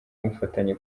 mufatanye